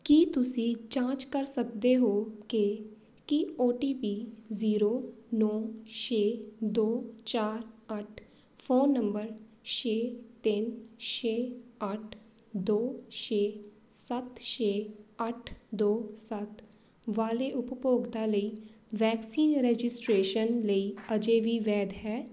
ਕੀ ਤੁਸੀਂ ਜਾਂਚ ਕਰ ਸਕਦੇ ਹੋ ਕਿ ਕੀ ਓ ਟੀ ਪੀ ਜ਼ੀਰੋ ਨੌਂ ਛੇ ਦੋ ਚਾਰ ਅੱਠ ਫ਼ੋਨ ਨੰਬਰ ਛੇ ਤਿੰਨ ਛੇ ਅੱਠ ਦੋ ਛੇ ਸੱਤ ਛੇ ਅੱਠ ਦੋ ਸੱਤ ਵਾਲੇ ਉਪਭੋਗਤਾ ਲਈ ਵੈਕਸੀ ਰਜਿਸਟ੍ਰੇਸ਼ਨ ਲਈ ਅਜੇ ਵੀ ਵੈਧ ਹੈ